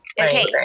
okay